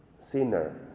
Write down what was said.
sinner